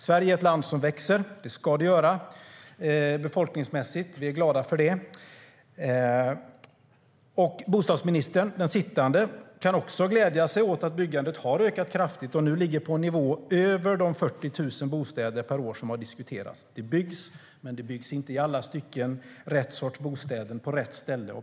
Sverige är ett land som växer befolkningsmässigt, och det ska det göra - vi är glada för det. Den sittande bostadsministern kan också glädja sig åt att byggandet har ökat kraftigt och nu ligger på en nivå över de 40 000 bostäder per år som har diskuterats. Det byggs, men det byggs inte i alla stycken rätt sorts bostäder på rätt ställe.